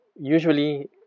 usually